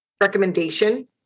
recommendation